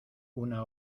una